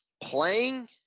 playing